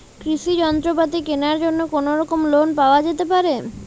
কৃষিযন্ত্রপাতি কেনার জন্য কোনোরকম লোন পাওয়া যেতে পারে?